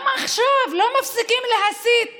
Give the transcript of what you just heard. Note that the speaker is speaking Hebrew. גם עכשיו לא מפסיקים להסית נגדנו,